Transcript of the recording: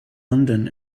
london